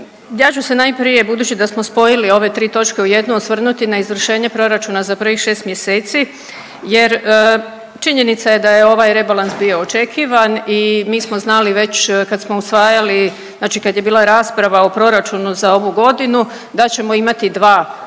Ja ću se najprije budući da smo spojili ove 3 točke u jednu osvrnuti na izvršenje proračuna za prvih 6 mjeseci jer činjenica je da je ovaj rebalans bio očekivan i mi smo znali već kad smo usvajali znači kad je bila rasprava o proračunu za ovu godinu da ćemo imati dva rebalansa,